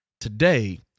Today